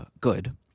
good